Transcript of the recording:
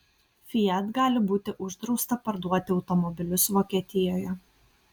fiat gali būti uždrausta parduoti automobilius vokietijoje